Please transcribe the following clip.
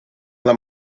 alla